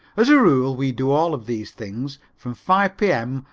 as a rule we do all of these things. from five p m.